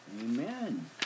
Amen